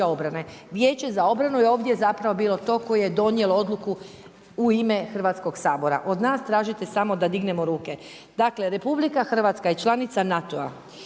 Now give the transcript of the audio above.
obrane. Vijeće za obranu je ovdje zapravo bilo to koje je donijelo odluku u ime Hrvatskog sabora. Od nas tražite samo da dignemo ruke. Dakle, Republika Hrvatska je članica NATO-a